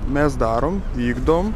mes darom vykdom